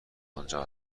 آنجا